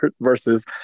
versus